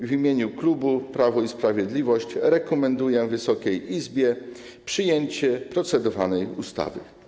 W imieniu klubu Prawo i Sprawiedliwość rekomenduję Wysokiej Izbie przyjęcie projektu procedowanej ustawy.